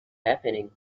happening